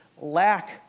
lack